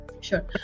sure